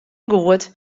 goed